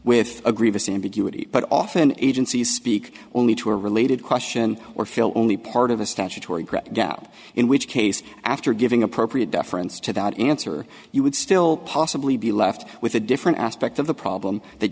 with a grievous ambiguity but often agencies speak only to a related question or feel only part of a statutory great gap in which case after giving appropriate deference to that answer you would still possibly be left with a different aspect of the problem th